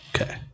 Okay